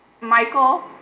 Michael